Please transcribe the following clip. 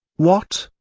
what!